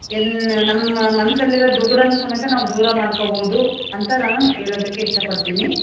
N ನಮ್ಮ ಮನಸ್ಸಲ್ಲಿರೋ ದುಗುಡನೂ ಸಮೇತ ನಾವು ದೂರ ಮಾಡ್ಕೋಬೋದು ಅಂತ ನಾನು ಹೇಳೋದಕ್ಕ್ ಇಷ್ಟಪಡ್ತೀನಿ